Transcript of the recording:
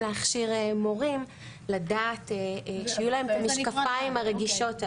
להכשיר מורים לדעת שיהיו להם את המשקפיים הרגישות,